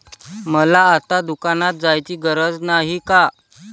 मला आता दुकानात जायची गरज नाही का?